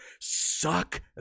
Suck